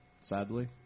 sadly